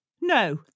No